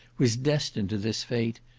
was destined to this fate,